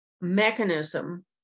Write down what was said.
mechanism